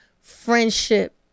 friendship